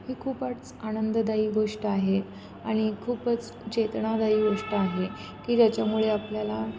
ही खूपच आनंददायी गोष्ट आहे आणि खूपच चेतनादायी गोष्ट आहे की ज्याच्यामुळे आपल्याला